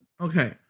Okay